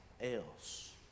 else